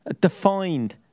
defined